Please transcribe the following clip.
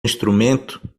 instrumento